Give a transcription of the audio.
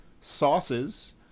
sauces